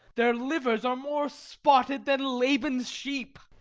their livers are more spotted than laban's sheep.